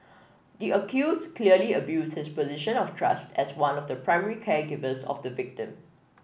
the accused clearly abused his position of trust as one of the primary caregivers of the victim